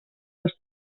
les